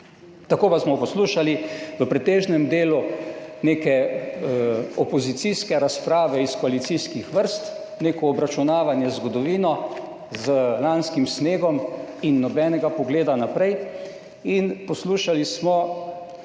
Tako pa smo poslušali v pretežnem delu neke opozicijske razprave iz koalicijskih vrst, neko obračunavanje z zgodovino, z lanskim snegom in nobenega pogleda naprej. In poslušali smo